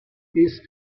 ist